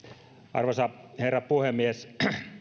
arvoisa herra puhemies